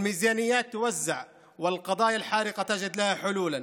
התקציבים מחולקים והסוגיות הבוערות באות על פתרונן,